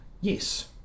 Yes